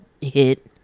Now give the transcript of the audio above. hit